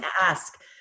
ask